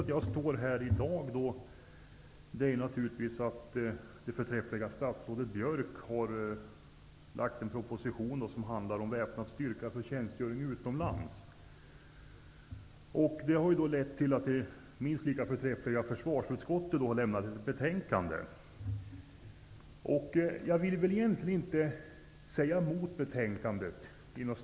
Herr talman! Anledningen till att jag står här i dag är att det förträffliga statsrådet Björck har lagt en proposition som handlar om väpnad styrka för tjänstgöring utomlands. Det har lett till att det minst lika förträffliga försvarsutskottet lämnat ett betänkande. Jag vill egentligen inte säga emot betänkandet.